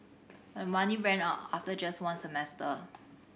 but the money ran out after just one semester